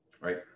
Right